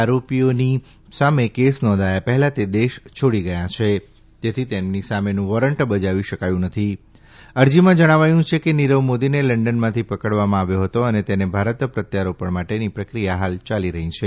આરોપીની સામે કેસ નોંધાયા પહેલા તે દેશ છોડી ગયો છે તેથી તેની સામેનું વોરંટ બજાવી શકાયુ નથીઅરજીમાં જણાવાયું છે કે નિરવ મોદીને લંડનમાંથી પકડવામાં આવ્યો હતો અને તેને ભારત પ્રત્યારોપણ માટેની પ્રક્રિયા હાલ ચાલી રહી છે